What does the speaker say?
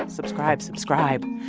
um subscribe. subscribe.